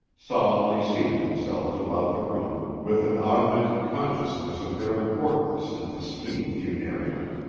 solemnly seated themselves about the room with an augmented consciousness of their importance in the scheme funereal.